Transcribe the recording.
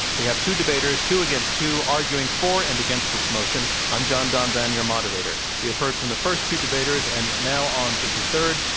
we have two debaters, two against two, arguing for and against this motion. i'm john donvan, your moderator. we have heard from the first two debaters and now onto the third.